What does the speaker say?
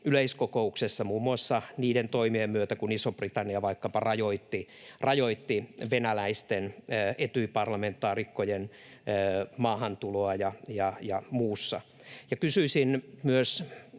yleiskokouksessa muun muassa niiden toimien myötä, kun Iso-Britannia vaikkapa rajoitti venäläisten Etyj-parlamentaarikkojen maahantuloa, ja muussa. Ja kysyisin